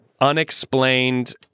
unexplained